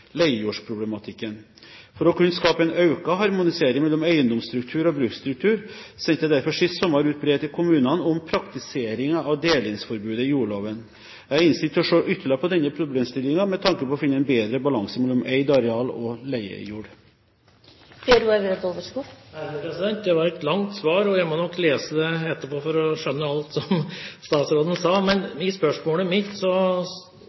For å kunne skape en økt harmonisering mellom eiendomsstruktur og bruksstruktur sendte jeg derfor sist sommer ut brev til kommunene om praktiseringen av delingsforbudet i jordloven. Jeg er innstilt på å se ytterligere på denne problemstillingen med tanke på å finne en bedre balanse mellom eid areal og leiejord. Det var et langt svar, og jeg må nok lese det etterpå for å skjønne alt som statsråden sa. Men spørsmålet mitt